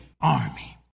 army